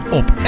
op